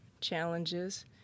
challenges